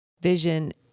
vision